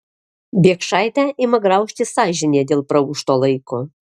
biekšaitę ima graužti sąžinė dėl praūžto laiko